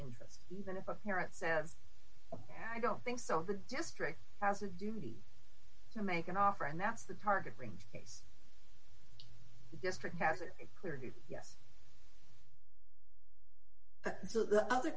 interest even if a parent says and i don't think so the district has a duty to make an offer and that's the target range the district hasn't cleared yet so the other